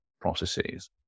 processes